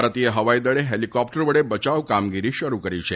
ભારતીય હવાઈદળે હેલિકોપ્ટર વડે બયાવ કામગીરી શરૂ કરી છે